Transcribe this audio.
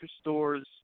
stores